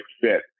fit